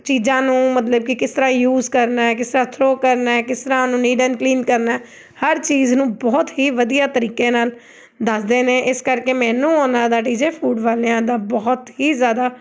ਚੀਜ਼ਾਂ ਨੂੰ ਮਤਲਬ ਕਿ ਕਿਸ ਤਰ੍ਹਾਂ ਯੂਜ ਕਰਨਾ ਹੈ ਕਿਸ ਤਰਾਂ ਥਰੋ ਕਰਨਾ ਹੈ ਕਿਸ ਤਰਾਂ ਉਹਨੂੰ ਨੀਟ ਐਂਡ ਕਲੀਨ ਕਰਨਾ ਹੈ ਹਰ ਚੀਜ਼ ਨੂੰ ਬਹੁਤ ਹੀ ਵਧੀਆ ਤਰੀਕੇ ਨਾਲ ਦੱਸਦੇ ਨੇ ਇਸ ਕਰਕੇ ਮੈਨੂੰ ਉਹਨਾਂ ਦਾ ਟੀ ਜੇ ਫੂਡ ਵਾਲਿਆਂ ਦਾ ਬਹੁਤ ਹੀ ਜ਼ਿਆਦਾ